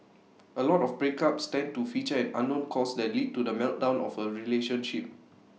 A lot of breakups tend to feature an unknown cause that lead to the meltdown of A relationship